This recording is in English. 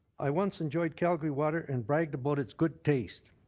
i once enjoyed calgary water and bragged about its good taste.